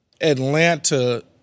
Atlanta